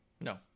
No